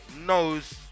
knows